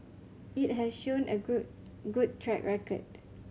it has shown a good good track record